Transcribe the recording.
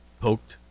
poked